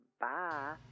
Bye